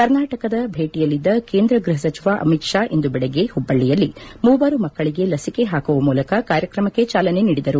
ಕರ್ನಾಟಕದ ಭೇಟಿಯಲ್ಲಿದ್ದ ಕೇಂದ್ರ ಗ್ಬಹ ಸಚಿವ ಅಮಿತ್ ಶಾ ಇಂದು ಬೆಳಗ್ಗೆ ಹುಬ್ಬಳ್ಳಿಯಲ್ಲಿ ಮೂವರು ಮಕ್ಕಳಿಗೆ ಲಸಿಕೆ ಹಾಕುವ ಮೂಲಕ ಕಾರ್ಯಕ್ರಮಕ್ಕೆ ಚಾಲನೆ ನೀಡಿದರು